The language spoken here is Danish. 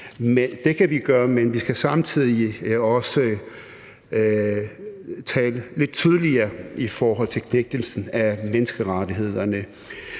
det kan vi gøre, men vi skal samtidig også tale lidt tydeligere i forhold til knægtelsen af menneskerettighederne.